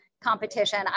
competition